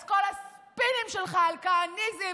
אז כל הספינים שלך על כהניזם,